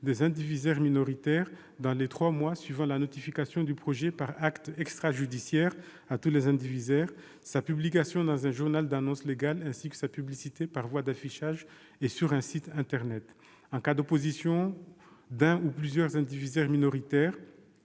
des indivisaires minoritaires, dans les trois mois suivant la notification du projet par acte extrajudiciaire à tous les indivisaires, sa publication dans un journal d'annonces légales, ainsi que sa publicité par voie d'affichage et sur un site internet. En cas d'opposition d'un ou de plusieurs indivisaires minoritaires,